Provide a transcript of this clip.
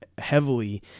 heavily